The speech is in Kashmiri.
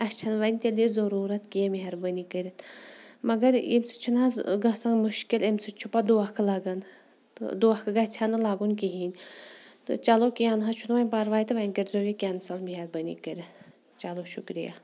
اَسہِ چھَنہٕ وۄنۍ تیٚلہِ یہِ ضٔروٗرت کینٛہہ مہربٲنی کٔرِتھ مگر ییٚمہِ سۭتۍ چھُنہٕ حظ گژھان مُشکل اَمہِ سۭتۍ چھُ پَتہٕ دھوکہٕ لگان تہٕ دھوکہٕ گژھِ ہا نہٕ لَگُن کِہیٖنۍ تہٕ چلو کینٛہہ نہ حظ چھُنہٕ وۄنۍ پَرواے تہٕ وۄنۍ کٔرۍزیو یہِ کٮ۪نسَل مہربٲنی کٔرِتھ چلو شُکریہ